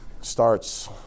starts